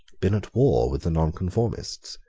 been at war with the nonconformists,